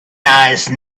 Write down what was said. nice